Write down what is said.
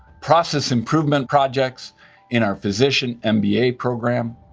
process improvement projects in our physician and mba program,